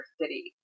city